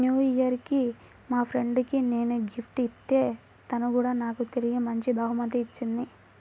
new year కి మా friend కి నేను గిఫ్ట్ ఇత్తే తను కూడా నాకు తిరిగి మంచి బహుమతి ఇచ్చింది